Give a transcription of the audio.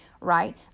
right